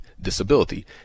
disability